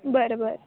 बरं बरं